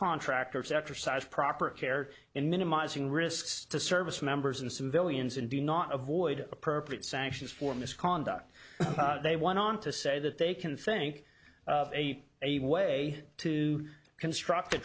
contractors exercise proper care in minimizing risks to service members and civilians and do not avoid a perfect sanctions for misconduct they want on to say that they can think of a a way to construct a